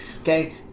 Okay